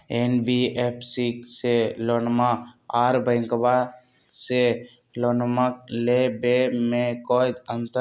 NBFC से लोनमा आर बैंकबा से लोनमा ले बे में कोइ अंतर?